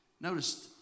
Notice